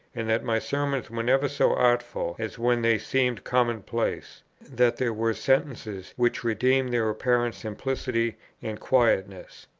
and that my sermons were never so artful as when they seemed common-place that there were sentences which redeemed their apparent simplicity and quietness.